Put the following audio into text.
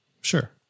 sure